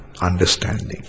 understanding